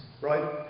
right